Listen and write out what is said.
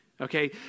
okay